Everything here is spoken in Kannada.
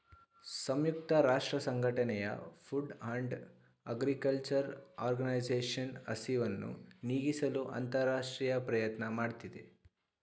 ಸಂಯುಕ್ತ ರಾಷ್ಟ್ರಸಂಘಟನೆಯ ಫುಡ್ ಅಂಡ್ ಅಗ್ರಿಕಲ್ಚರ್ ಆರ್ಗನೈಸೇಷನ್ ಹಸಿವನ್ನು ನೀಗಿಸಲು ಅಂತರರಾಷ್ಟ್ರೀಯ ಪ್ರಯತ್ನ ಮಾಡ್ತಿದೆ